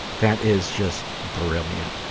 that is just brilliant.